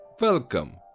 Welcome